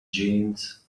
jeans